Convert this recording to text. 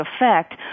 effect